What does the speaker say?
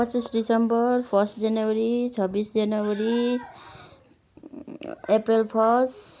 पच्चिस दिसम्बर फर्स्ट जनवरी छब्बिस जनवरी अप्रेल फर्स्ट